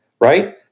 right